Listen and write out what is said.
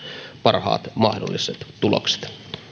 parhaat mahdolliset tulokset